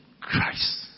Christ